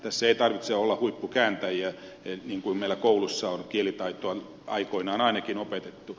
tässä ei tarvitse olla huippukääntäjiä niin kuin meillä kouluissa on kielitaitoa aikoinaan ainakin opetettu